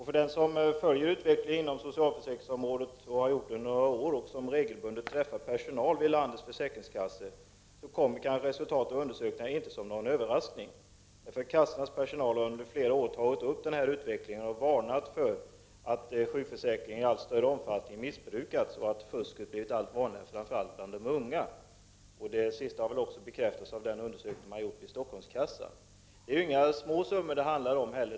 För den som följer utvecklingen på sjukförsäkringsområdet, som har gjort det i några år och som regelbundet träffar personal vid landets försäkringskassor kommer resultatet av undersökningarna kanske inte som någon överraskning. Kassans personal har under flera år tagit upp den här utvecklingen och varnat för att sjukförsäkringen i allt större omfattning missbrukats och att fusket blivit allt vanligare, framför allt bland de unga. Det sista har också bekräftats av den undersökning som har gjorts vid Stockholmskassan. Det är inte heller några små summor det handlar om.